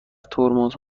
ترمز